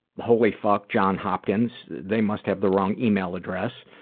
holy fuck, johns hopkins? they must have the wrong email address.